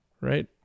right